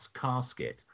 casket